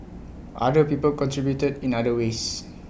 other people contributed in other ways